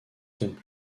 semaines